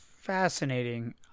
Fascinating